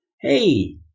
hey